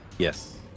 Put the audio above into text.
Yes